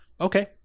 okay